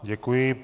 Děkuji.